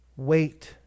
Wait